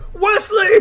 Wesley